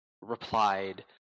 replied